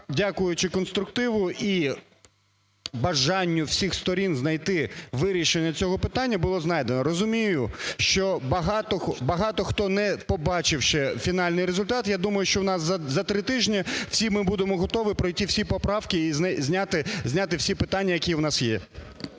дякуючи конструктиву і бажанню всіх сторін знайти вирішення цього питання, було знайдено. Розумію, що багато хто, не побачивши фінальний результат, я думаю, що у нас за три тижні всі ми будемо готові пройти всі поправки і зняти всі питання, які у нас є.